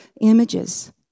images